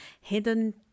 hidden